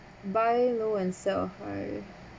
buy low and sell high